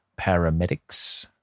paramedics